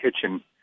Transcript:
kitchen